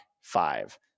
five